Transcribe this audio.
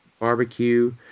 barbecue